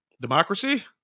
Democracy